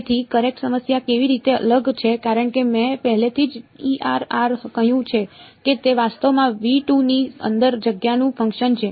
તેથી કરેંટ સમસ્યા કેવી રીતે અલગ છે કારણ કે મેં પહેલેથી જ કહ્યું છે કે તે વાસ્તવમાં ની અંદર જગ્યાનું ફંકશન છે